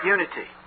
Unity